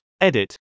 Edit